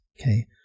Okay